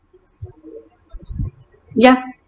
ya